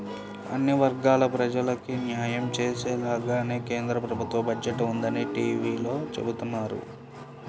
అన్ని వర్గాల ప్రజలకీ న్యాయం చేసేలాగానే కేంద్ర ప్రభుత్వ బడ్జెట్ ఉందని టీవీలో చెబుతున్నారు